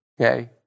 okay